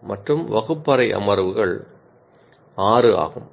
மற்றும் வகுப்பு அமர்வுகள் 6 ஆகும்